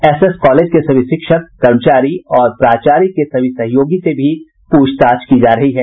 SS college के सभी शिक्षक कर्मचारी और प्राचार्य के सभी सहयोगी से भी प्रछताछ की जा रही है